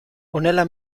honela